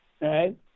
right